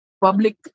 public